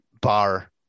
bar